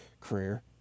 career